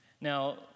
Now